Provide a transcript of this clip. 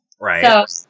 Right